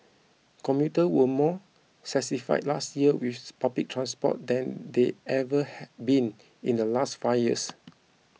commuters were more satisfied last year with public transport than they ever had been in the last five years